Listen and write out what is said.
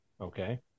Okay